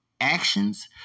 Actions